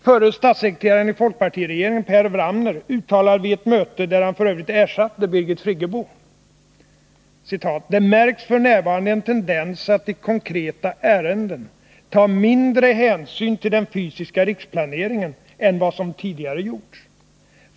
Förre statssekreteraren i folkpartiregeringen Per Wramner uttalade vid ett möte där han ersatte Birgit Friggebo: ”Det märks för närvarande en tendens att i konkreta ärenden ta mindre hänsyn till den fysiska riksplaneringen än vad som tidigare gjorts —-—-—-.